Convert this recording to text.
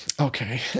Okay